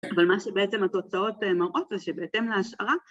אבל מה שבעצם התוצאות מראות זה שבהתאם להשערה